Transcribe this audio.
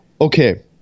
Okay